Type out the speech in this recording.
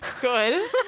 Good